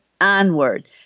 onward